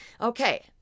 Okay